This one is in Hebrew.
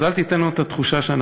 אז אל תיתן לנו את התחושה שאנחנו